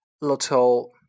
little